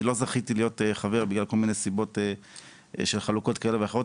אני לא זכיתי להיות חבר בגלל כל מיני סיבות של חלוקות כאלה ואחרות,